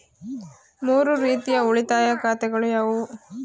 ಮೂರು ರೀತಿಯ ಉಳಿತಾಯ ಖಾತೆಗಳು ಯಾವುವು?